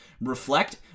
Reflect